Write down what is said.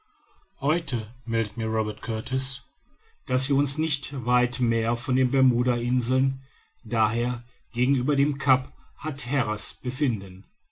heute meldet mir robert kurtis daß wir uns nicht weit mehr von den bermuden inseln d h gegenüber dem cap hatteras befinden